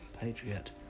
Patriot